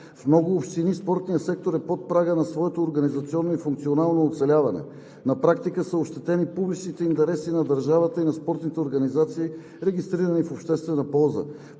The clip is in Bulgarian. В много общини спортният сектор е под прага на своето организационно и функционално оцеляване. На практика са ощетени публичните интереси на държавата и на спортните организации, регистрирани в обществена полза.